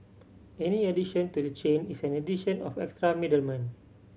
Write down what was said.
any addition to the chain is an addition of an extra middleman